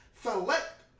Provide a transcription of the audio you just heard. Select